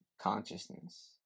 consciousness